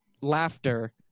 laughter